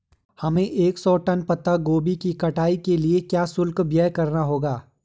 हमें एक सौ टन पत्ता गोभी की कटाई के लिए क्या शुल्क व्यय करना होगा?